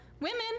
Women